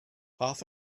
half